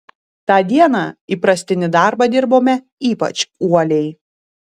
tą dieną įprastinį darbą dirbome ypač uoliai